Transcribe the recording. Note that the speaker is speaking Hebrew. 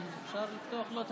אפשר לפתוח לו את